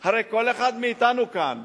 הרי כל אחד מאתנו כאן,